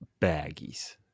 baggies